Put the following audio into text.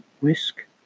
Whisk